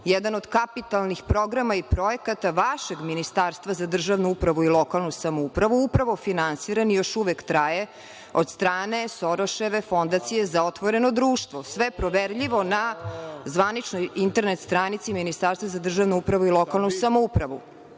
jedan od kapitalnih programa i projekata vašeg Ministarstva za državnu upravu i lokalnu samoupravu upravo finansiran i još uvek traje od strane Soroševe Fondacije za otvoreno društvo. Sve proverljivo na zvaničnoj internet stranici Ministarstva za državnu upravu i lokalnu samoupravu. Dakle,